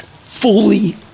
fully